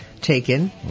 Taken